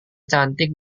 cantik